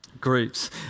groups